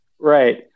Right